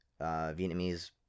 Vietnamese